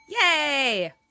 yay